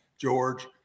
George